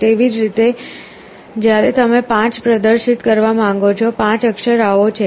તેવી જ રીતે જ્યારે તમે 5 પ્રદર્શિત કરવા માંગો છો 5 અક્ષર આવો છે